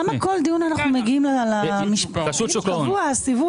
למה כל דיון אנחנו מגיעים, קבוע הסיבוב הזה.